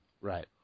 right